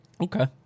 Okay